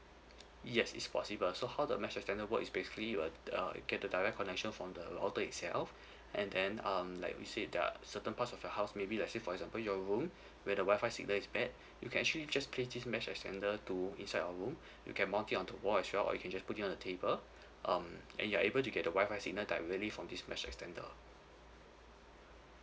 yes is possible so how the mesh extender work is basically you're uh get the direct connection from the router itself and then um like you said there are certain parts of your house maybe like say for example your room where the Wi-Fi signal is bad you can actually just place this mesh extender to inside your room you can mull it on the wall as well or you can just put it on the table um and you are able to get the Wi-Fi signal directly from this mesh extender